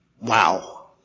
wow